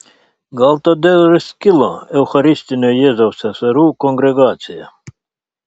gal todėl ir skilo eucharistinio jėzaus seserų kongregacija